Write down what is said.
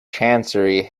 chancery